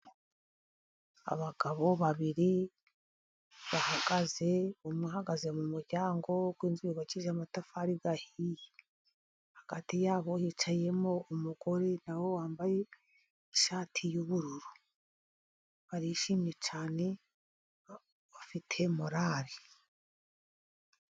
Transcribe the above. Abagabo babiri bahagaze, umwe ahagaze mu muryango w' inzu yubakishije amatafari ahiye. Hagati yabo hicayemo umugore na we wambaye ishati y'ubururu, barishimye cyane bafite morari.